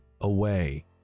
Away